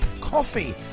Coffee